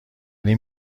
این